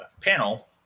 panel